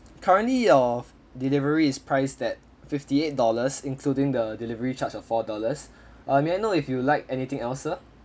currently your delivery is priced at fifty eight dollars including the delivery charge of four dollars uh may I know if you like anything else sir